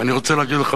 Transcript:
אני רוצה להגיד לך,